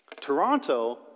Toronto